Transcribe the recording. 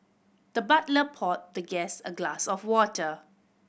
the butler poured the guest a glass of water